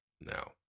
Now